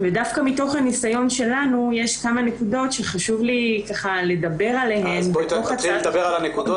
דווקא מתוך הניסיון שלנו יש כמה נקודות שחשוב לי לדבר עליהן בתוך הצעת